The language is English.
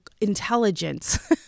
intelligence